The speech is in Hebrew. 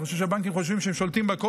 מה זה קשור ליהודים?